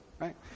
right